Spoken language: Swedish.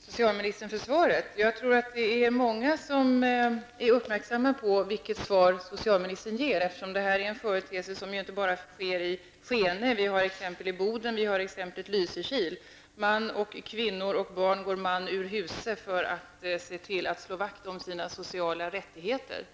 socialministern för svaret. Jag tror att det är många som uppmärksammar det svar som socialministern ger, eftersom det här rör sig om en företeelse som inte bara gäller Skene. Det finns exempel från t.ex. Boden och Lysekil. Män, kvinnor och barn går man ur huse för att slå vakt om sina sociala rättigheter.